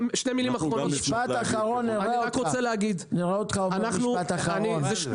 נראה אותך אומר משפט אחרון.